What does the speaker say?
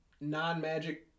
non-magic